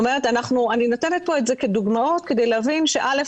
אני נותנת פה את זה כדוגמאות כדי להבין שא.